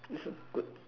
it's a good